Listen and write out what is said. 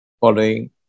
following